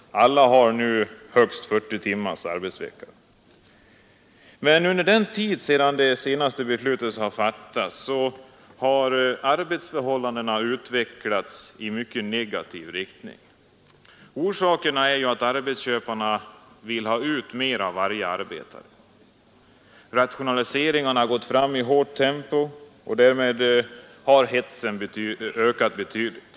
Alla har nu högst 40 timmars arbetsvecka. Men sedan det senaste beslutet fattades har arbetsförhållandena utvecklats i negativ riktning. Orsakerna är att arbetsköparna vill ha ut mer av varje arbetare. Rationaliseringar har genomförts i hårt tempo, och därmed har hetsen ökat betydligt.